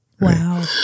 Wow